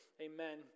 Amen